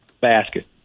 basket